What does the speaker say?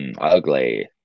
ugly